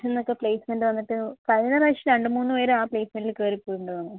അന്നൊക്കെ പ്ലേസ്മെൻറ് വന്നിട്ട് കഴിഞ്ഞ പ്രാവശ്യം രണ്ടുമൂന്നു പേര് ആ പ്ലേസ്മെന്റില് കയറിപ്പോയി എന്ന് തോന്നുന്നു